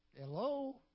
Hello